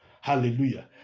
Hallelujah